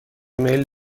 میل